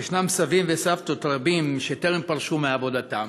יש סבים וסבתות רבים שטרם פרשו מעבודתם,